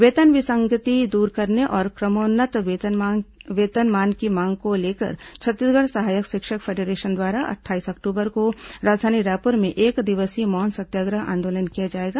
वेतन विसंगति दूर करने और क्रमोन्नत वेतनमान की मांग को लेकर छत्तीसगढ़ सहायक शिक्षक फेडरेशन द्वारा अट्ठाईस अक्टूबर को राजधानी रायपुर में एकदिवसीय मौन सत्याग्रह आंदोलन किया जाएगा